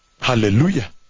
Hallelujah